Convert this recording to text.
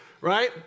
right